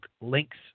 links